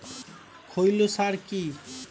খৈল সার কি?